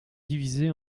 divisée